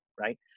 right